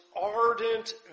ardent